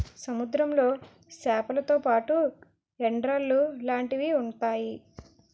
సముద్రంలో సేపలతో పాటు ఎండ్రలు లాంటివి ఉంతాయి